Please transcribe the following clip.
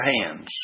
hands